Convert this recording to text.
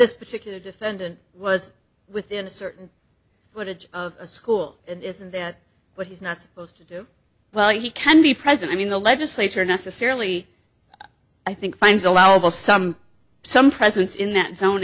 this particular defendant was within a certain footage of a school and isn't that what he's not supposed to do well he can be present i mean the legislature necessarily i think finds allowable some some presence in that zone